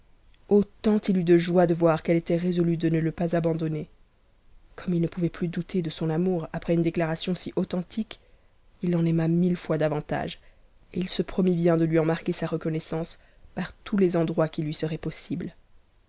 autant it eut de joie de voir qu'elle était résolue de ne le pas abandonner comme il ne pouvait plus douter de son amour après une déclaration si authentique il l'en aima mille fois davantage et il se promit bien de lui en marquer sa reconnaissance pa tous les endroits qu'il lui serait possible